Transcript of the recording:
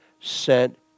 sent